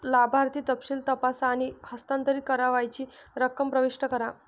लाभार्थी तपशील तपासा आणि हस्तांतरित करावयाची रक्कम प्रविष्ट करा